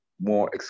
more